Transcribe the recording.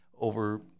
over